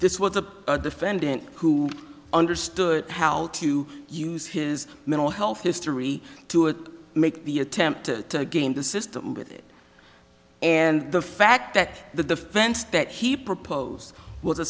this was a defendant who understood how to use his mental health history to make the attempt to game the system with it and the fact that the defense that he proposed